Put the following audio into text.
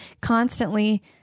constantly